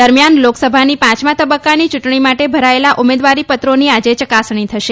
દરમિયાન લોકસભાની પાંચમા તબક્કાની ચ્રંટણી માટે ભરાયેલા ઉમેદવારી પત્રોની આજે ચકાસણી થશે